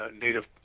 Native